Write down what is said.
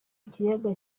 kiyaga